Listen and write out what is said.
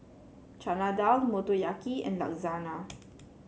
Chana Dal Motoyaki and Lasagna